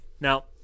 Now